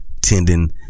tendon